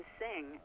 sing